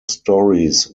stories